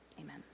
Amen